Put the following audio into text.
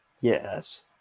Yes